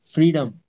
Freedom